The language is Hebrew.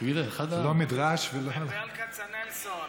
זה לא מדרש ולא, וברל כצנלסון.